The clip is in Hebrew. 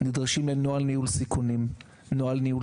נדרשים לנוהל ניהול סיכוני סייבר.